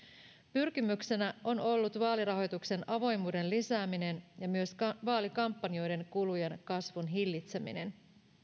pyrkimyksenä on ollut vaalirahoituksen avoimuuden lisääminen ja myös vaalikampanjoiden kulujen kasvun hillitseminen